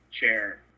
chair